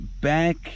back